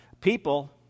people